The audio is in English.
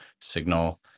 signal